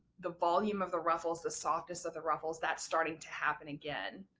the volume of the ruffles, the softness of the ruffles, that's starting to happen again.